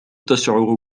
تشعر